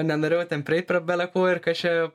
nenorėjau ten prieit prie beleko ir kas čia